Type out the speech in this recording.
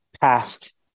past